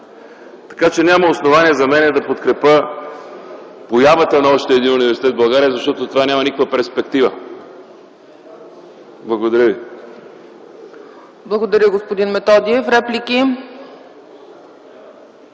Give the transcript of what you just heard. Така че няма основание за мен да подкрепя появата на още един университет в България, защото това няма никаква перспектива. Благодаря ви. ПРЕДСЕДАТЕЛ ЦЕЦКА ЦАЧЕВА: Благодаря, господин Методиев. Реплики?